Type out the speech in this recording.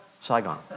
Saigon